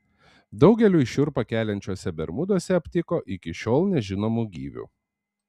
daugeliui šiurpą keliančiuose bermuduose aptiko iki šiol nežinomų gyvių